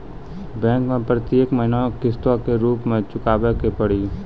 Bank मैं प्रेतियेक महीना किस्तो के रूप मे चुकाबै के पड़ी?